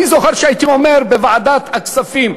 אני זוכר שהייתי אומר בוועדת הכספים,